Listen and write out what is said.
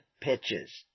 pitches